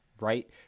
right